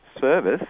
service